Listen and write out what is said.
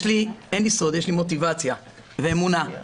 יש לי מוטיבציה ואמונה.